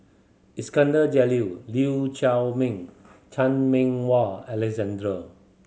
Iskandar Jalil Chiaw Meng and Chan Meng Wah Alexander